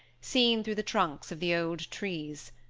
seen through the trunks of the old trees.